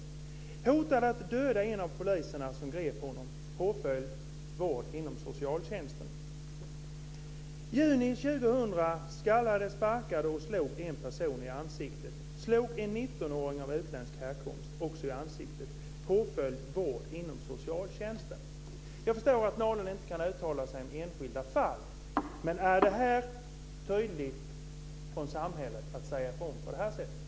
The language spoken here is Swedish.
Han hotade att döda en av poliserna som grep honom. Påföljden blev vård inom socialtjänsten. I juni 2000 skallade, sparkade och slog han en person i ansiktet. Han slog en Jag förstår att Nalin inte kan uttala sig om enskilda fall. Men är det tydligt av samhället att säga ifrån på det här sättet?